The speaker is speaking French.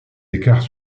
écarts